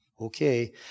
Okay